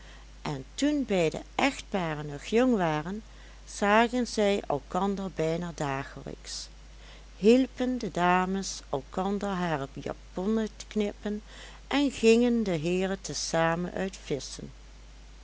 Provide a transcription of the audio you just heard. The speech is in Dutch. en toen beide echtparen nog jong waren zagen zij elkander bijna dagelijks hielpen de dames elkander hare japonnen knippen en gingen de heeren te zamen uit visschen